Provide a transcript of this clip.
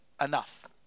enough